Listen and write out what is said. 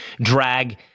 drag